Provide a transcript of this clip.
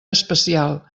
especial